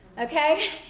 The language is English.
okay?